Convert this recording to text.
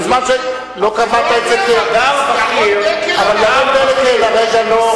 זה לא אני אמרתי, זה ירון דקל אמר.